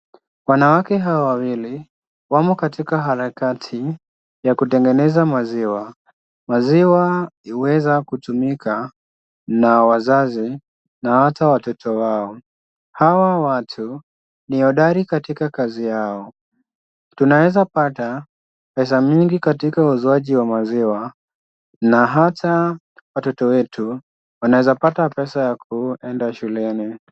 Wanawake hawa wawili wamo katika harakati ya kutengeneza maziwa. Maziwa yanaweza kutumika na wazazi na hata watoto wao. Hawa watu ni hodari katika kazi yao. Tunaeza pata pesa mingi katika uuzaji wa maziwa na hata watoto wetu wanaeza pata pesa ya kuenda shuleni.